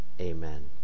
Amen